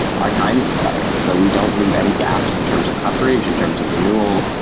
our timing is better. so we don't leave any gaps in terms of coverage, in terms of renewal,